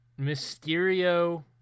Mysterio